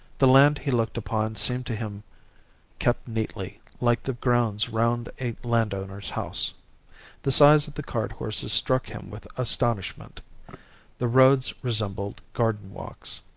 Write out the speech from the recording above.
the land he looked upon seemed to him kept neatly, like the grounds round a landowner's house the size of the cart-horses struck him with astonishment the roads resembled garden walks,